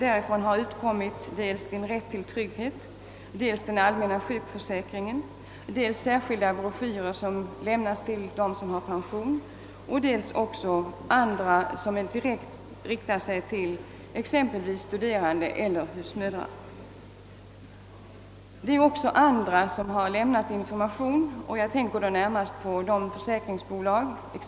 Därifrån har utkommit skrifterna Din rätt till trygghet, Den allmänna sjukförsäkringen samt broschyrer avsedda för pensionärer och sådana som direkt riktar sig till exempelvis studerande och husmödrar. Informationer har också lämnats från andra håll, t.ex. av försäkringsbolagen.